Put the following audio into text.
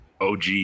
OG